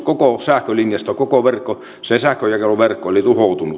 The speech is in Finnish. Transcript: koko sähkölinjasto koko sähkönjakeluverkko oli tuhoutunut